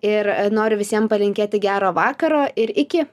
ir noriu visiem palinkėti gero vakaro ir iki